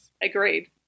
agreed